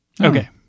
Okay